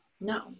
No